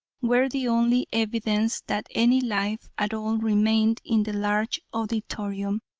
were the only evidence that any life at all remained in the large auditorium.